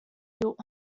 built